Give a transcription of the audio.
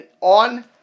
on